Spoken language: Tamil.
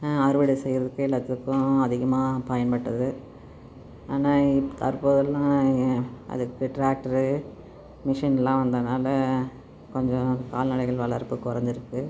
அறுவடை செய்கிறதுக்கு எல்லாத்துக்கும் அதிகமாக பயன்பட்டது ஆனால் இப் தற்போதுலாம் அதுக்கு ட்ராக்ட்ரு மிஷின்லாம் வந்தனால் கொஞ்சம் கால்நடைகள் வளர்ப்பு குறஞ்சிருக்கு